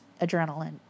adrenaline